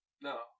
no